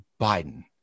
biden